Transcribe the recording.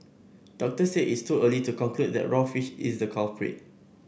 doctors said it is too early to conclude that raw fish is the culprit